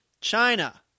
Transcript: China